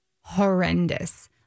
horrendous